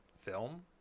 film